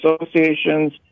associations